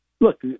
look